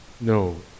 No